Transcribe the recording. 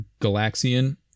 Galaxian